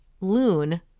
Loon